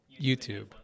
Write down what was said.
YouTube